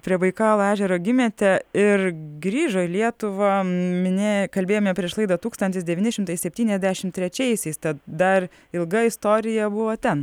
prie baikalo ežero gimėte ir grįžo į lietuvą minėjai kalbėjome prieš laidą tūkstantis devyni šimtai septyniasdešim trečiaisiais tad dar ilga istorija buvo ten